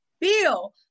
bill